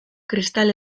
kristal